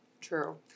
True